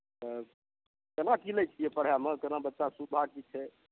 तब केना की लै छियै पढ़ैमे केना बच्चा सुबिधा की छै